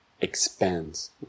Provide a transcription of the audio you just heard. expands